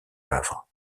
havre